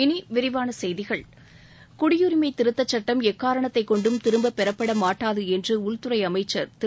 இனி விரிவான செய்திகள் குடியுரிமை திருத்தச்சட்டம் எக்காரணத்தைக் கொண்டும் திரும்பப்பெறப்பட மாட்டாது என்று மத்திய உள்துறை அமைச்சர் திரு